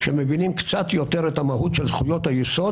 כשמבינים קצת יותר את המהות של זכויות היסוד,